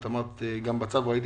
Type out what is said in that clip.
ראיתי